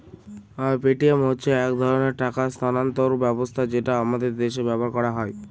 Paytm হচ্ছে এক ধরনের টাকা স্থানান্তর ব্যবস্থা যেটা আমাদের দেশে ব্যবহার করা হয়